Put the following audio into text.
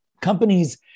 companies